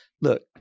look